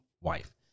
wife